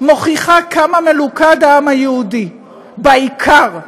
מוכיחה כמה מלוכד העם היהודי בעיקר,